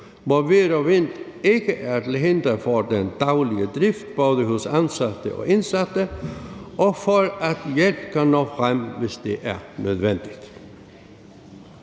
vejr og vind ikke er til hinder for den daglige drift både for ansatte og indsatte; og for at hjælpen når frem, hvis det er nødvendigt.